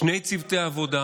שני צוותי עבודה